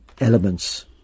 elements